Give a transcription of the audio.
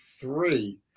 three